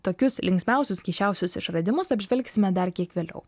tokius linksmiausius keisčiausius išradimus apžvelgsime dar kiek vėliau